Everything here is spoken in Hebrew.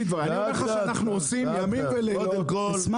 אני אומר לך שאנחנו עושים ימים ולילות בביקורות.